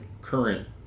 current